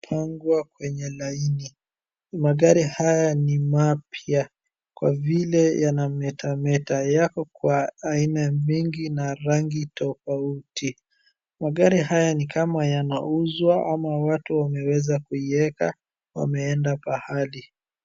Yamepangwa kwenye laini. Magari haya ni mapya, kwa vile yana metameta. Yako kwa aina mengi na rangi tofauti. Magari haya ni kama yanauzwa, ama watu wameweza kuiweka, wameenda pahali.